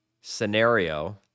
scenario